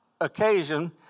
occasion